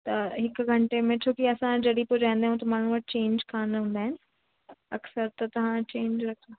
त हिकु घंटे में छो की असां जॾहिं पुॼाईंदा आहियूं त माण्हूअ वटि चेंज कान हूंदा आहिनि अक्सर त तव्हां चेंज रखि